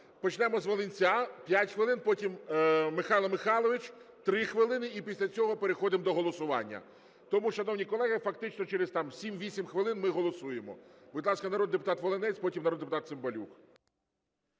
Почнемо з Волинця, 5 хвилин, потім Михайло Михайлович – 3 хвилини, і після цього переходимо до голосування. Тому, шановні колеги, фактично через 7-8 хвилин ми голосуємо. Будь ласка, народний депутат Волинець, потім народний депутат Цимбалюк.